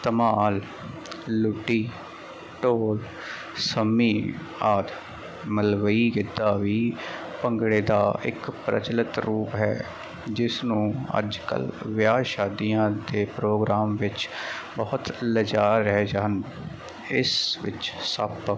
ਧਮਾਲ ਲੁੱਡੀ ਢੋਲ ਸੰਮੀ ਆਦਿ ਮਲਵਈ ਗਿੱਧਾ ਵੀ ਭੰਗੜੇ ਦਾ ਇਕ ਪ੍ਰਚਲਤ ਰੂਪ ਹੈ ਜਿਸ ਨੂੰ ਅੱਜ ਕੱਲ ਵਿਆਹ ਸ਼ਾਦੀਆਂ ਦੇ ਪ੍ਰੋਗਰਾਮ ਵਿੱਚ ਬਹੁਤ ਲਿਜਾਅ ਇਸ ਵਿੱਚ ਸੱਪ